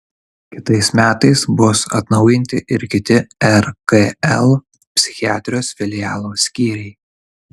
kitais metais bus atnaujinti ir kiti rkl psichiatrijos filialo skyriai